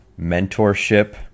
mentorship